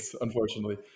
Unfortunately